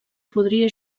podria